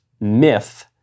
myth